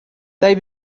they